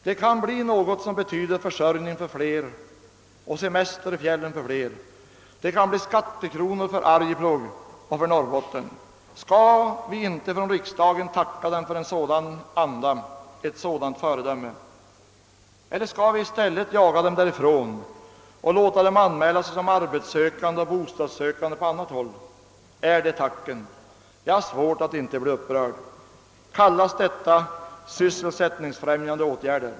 Det kan bli något som betyder försörjning för fler och semester i fjällen för fler. Det kan bli skattekronor för Arjeplog och för Norrbotten. Skall vi inte från riksdagen tacka dem för en sådan anda, ett sådant föredöme? Skall vi i stället jaga dem därifrån och låta dem anmäla sig som arbetssökande och bostadssökande på annat håll? Är det tacken? Jag har svårt att inte bli upprörd. Kallas detta sysselsättningsfrämjande åtgärder?